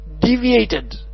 deviated